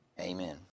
Amen